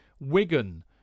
Wigan